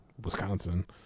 Wisconsin